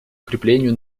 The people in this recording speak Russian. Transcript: укреплению